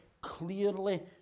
clearly